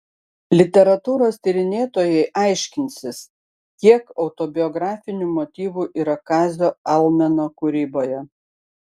literatūros tyrinėtojai aiškinsis kiek autobiografinių motyvų yra kazio almeno kūryboje